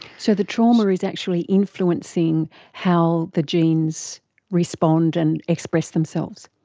so the trauma is actually influencing how the genes respond and express themselves.